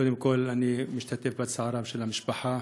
קודם כול, אני משתתף בצערה של המשפחה